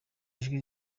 ijwi